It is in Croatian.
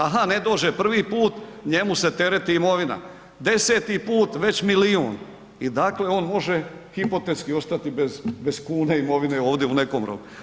Aha, ne dođe prvi put, njemu se tereti imovina, deseti put već milijun i dakle on može hipotetski ostati bez kune imovine ovdje u nekom roku.